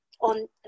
on